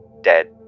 dead